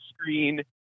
screen